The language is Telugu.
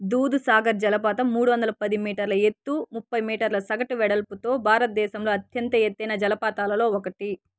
దూద్సాగర్ జలపాతం మూడువందలపది మీటర్ల ఎత్తు ముప్పై మీటర్ల సగటు వెడల్పుతో భారతదేశంలో అత్యంత ఎత్తైన జలపాతాలలో ఒకటి